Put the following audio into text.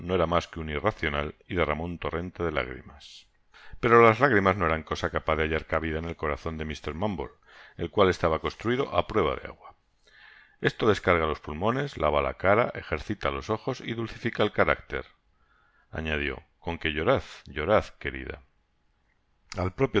no era mas que un irracional y derramó un torrente de lágrimas pero las lágrimas no eran cosa capaz de hallar cabida en el corazon de mr bumble el cual estaba construido á prueba de agua esto descarga los pulmones lava la cara ejercita los ojos y dulcifica el carácterañadió con que llorad llorad querida